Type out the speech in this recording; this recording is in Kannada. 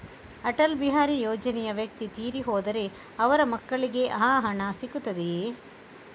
ಅಟಲ್ ಬಿಹಾರಿ ಯೋಜನೆಯ ವ್ಯಕ್ತಿ ತೀರಿ ಹೋದರೆ ಅವರ ಮಕ್ಕಳಿಗೆ ಆ ಹಣ ಸಿಗುತ್ತದೆಯೇ?